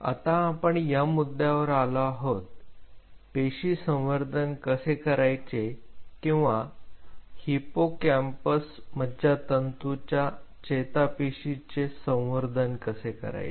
आता आपण या मुद्द्यावर आलो आहोत पेशी संवर्धन कसे करायचे किंवा हिपोकॅम्पस मज्जातंतूच्या चेतापेशीचे संवर्धन कसे करायचे